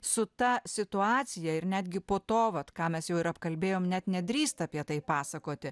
su ta situacija ir netgi po to vat ką mes jau ir apkalbėjom net nedrįsta apie tai pasakoti